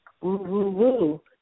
Woo-woo-woo